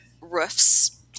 roofs